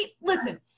listen